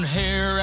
hair